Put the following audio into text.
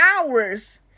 hours